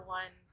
one